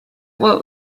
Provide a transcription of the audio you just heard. what